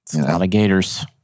alligators